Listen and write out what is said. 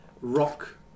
rock